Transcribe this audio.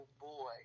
boy